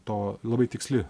to labai tiksli